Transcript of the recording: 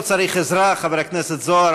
חבר הכנסת זוהר,